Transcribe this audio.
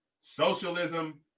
socialism